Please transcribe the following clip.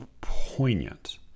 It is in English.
poignant